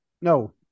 no